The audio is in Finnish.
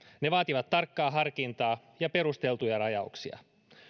ne vaativat tarkkaa harkintaa ja perusteltuja rajauksia